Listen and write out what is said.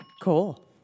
Cool